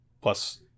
Plus